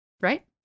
Right